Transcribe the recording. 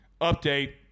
update